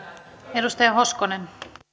arvoisa rouva puhemies